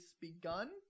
begun